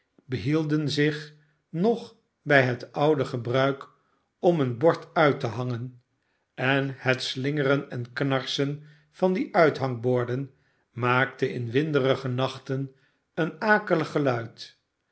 hidden zich nog bij het oude gebruik om een bord uit te hangen en het slingeren en knarsen van die mtnangborden maakte in winderige nachten een akelig geluid